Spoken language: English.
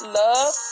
love